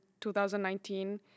2019